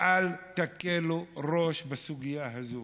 אל תקלו ראש בסוגיה הזאת.